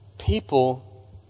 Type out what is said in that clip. People